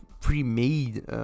pre-made